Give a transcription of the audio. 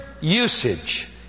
usage